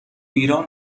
ایران